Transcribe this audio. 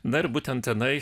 na ir būtent tenai